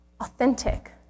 authentic